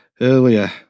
earlier